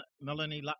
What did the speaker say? Melanie